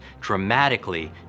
dramatically